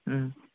ꯎꯝ